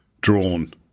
drawn